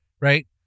right